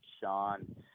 sean